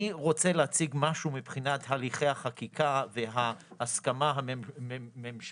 אני רוצה להציג משהו מבחינת הליכי החקיקה וההסכמה הממשלתית,